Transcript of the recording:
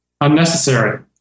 unnecessary